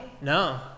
No